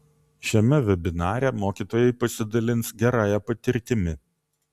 šiame vebinare mokytojai pasidalins gerąja patirtimi